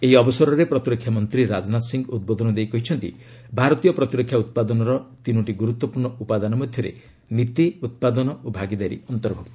ଏହି ଅବସରରେ ପ୍ରତିରକ୍ଷା ମନ୍ତ୍ରୀ ରାଜନାଥ ସିଂହ ଉଦ୍ବୋଧନ ଦେଇ କହିଛନ୍ତି ଭାରତୀୟ ପ୍ରତିରକ୍ଷା ଉତ୍ପାଦନର ତିନୋଟି ଗୁରୁତ୍ୱପୂର୍୍ଣ୍ଣ ଉପାଦାନ ମଧ୍ୟରେ ନୀତି ଉତ୍ପାଦନ ଓ ଭାଗିଦାରୀ ଅନ୍ତର୍ଭ୍ତକ୍ତ